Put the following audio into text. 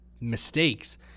mistakes